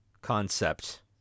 concept